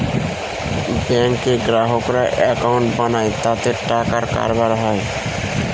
ব্যাঙ্কে গ্রাহকরা একাউন্ট বানায় তাতে টাকার কারবার হয়